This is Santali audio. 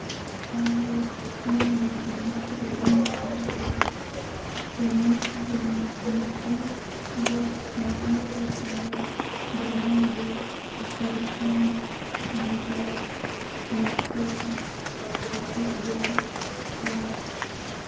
ᱟᱞᱮ ᱥᱤᱧ ᱫᱤᱥᱚᱢ ᱨᱮᱱᱟᱝ ᱯᱟᱸᱪ ᱜᱚᱴᱮᱡ ᱯᱚᱱᱚᱛ ᱨᱮᱱᱟᱝ ᱧᱩᱛᱩᱢ ᱫᱚ ᱱᱚᱣᱟ ᱠᱚ ᱠᱟᱱᱟ ᱡᱟᱦᱟᱸ ᱫᱚ ᱡᱷᱟᱲᱠᱷᱚᱸᱰ ᱵᱤᱦᱟᱨ ᱳᱰᱤᱥᱟ ᱪᱷᱚᱛᱨᱤᱥᱜᱚᱲ ᱟᱨ